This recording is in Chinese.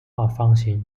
方形